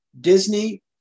Disney